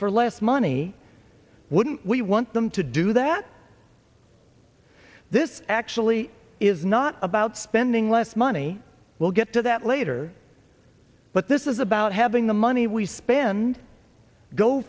for less money wouldn't we want them to do that this actually is not about spending less money we'll get to that later but this is about having the money we spend go